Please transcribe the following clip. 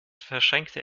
verschränkte